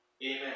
Amen